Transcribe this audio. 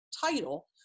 title